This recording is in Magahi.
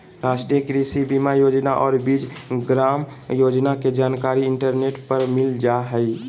राष्ट्रीय कृषि बीमा योजना और बीज ग्राम योजना के जानकारी इंटरनेट पर मिल जा हइ